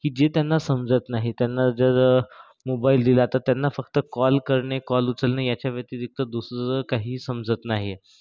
की जे त्यांना समजत नाही त्यांना जर मोबाइल दिला तर त्यांना फक्त कॉल करणे कॉल उचलणे याच्या व्यतिरिक्त दुसरं काही समजत नाही आहे